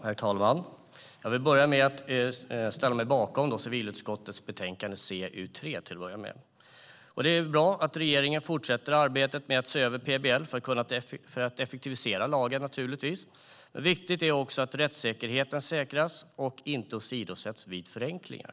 Herr talman! Jag ställer mig bakom civilutskottets betänkande CU3. Det är bra att regeringen fortsätter arbetet med att se över PBL för att effektivisera lagen. Det är viktigt att rättssäkerheten säkras och inte åsidosätts vid förenklingar.